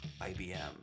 ibm